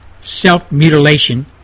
self-mutilation